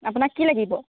আপোনাক কি লাগিব